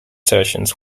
sessions